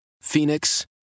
Phoenix